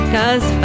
Cause